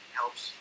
helps